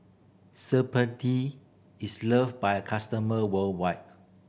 is love by a customer worldwide